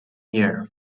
year